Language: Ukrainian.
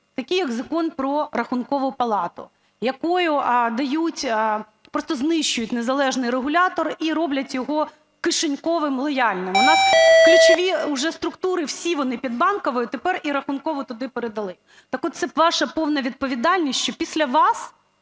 такий як Закон "Про Рахункову палату", якою дають… просто знищують незалежний регулятор і роблять його кишеньковим, лояльним. У нас ключові вже структури, всі вони під Банковою, тепер і Рахункову туди передали. Так-от це ваша повна відповідальність, що після вас